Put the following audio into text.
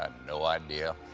ah no idea.